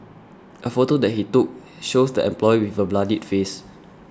a photo that he took shows the employee with a bloodied face